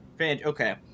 Okay